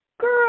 girl